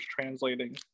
translating